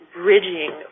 bridging